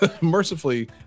mercifully